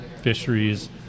fisheries